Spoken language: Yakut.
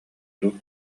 дуу